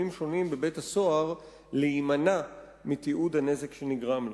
שונים בבית-הסוהר להימנע מתיעוד הנזק שנגרם לו.